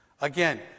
Again